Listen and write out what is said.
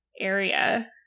area